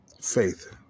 Faith